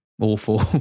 awful